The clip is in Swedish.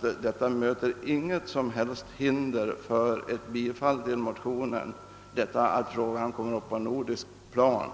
det därför inget som helst hinder för ett bifall till motionerna att frågan kommit upp på nordiskt plan.